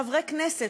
חברי כנסת,